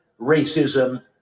racism